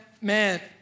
man